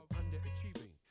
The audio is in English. underachieving